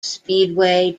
speedway